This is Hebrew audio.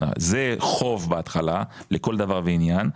זה חוב בהתחלה לכל דבר ועניין,